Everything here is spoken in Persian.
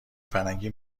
فرنگی